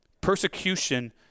persecution